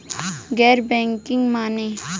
गैर बैंकिंग माने?